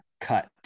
cut